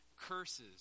Curses